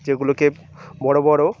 যেগুলোকে বড় বড়